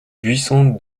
buisson